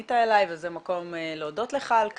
פנית אלי וזה המקום להודות לך על כך,